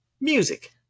music